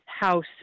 house